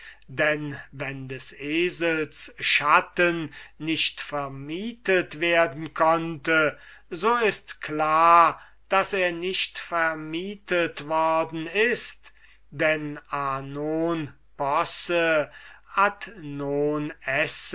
denn wenn des esels schatten nicht vermietet werden konnte so ist klar daß er nicht vermietet worden ist denn a non posse